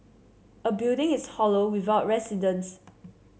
a building is hollow without residents